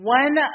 one